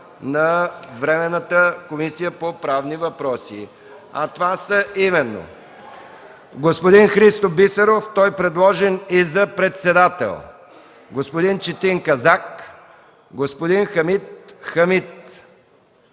на Временната комисия по правни въпроси, а това са именно: господин Христо Бисеров – той е предложен и за председател, господин Четин Казак, господин Хамид Хамид,